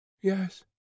yes